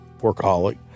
workaholic